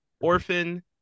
orphan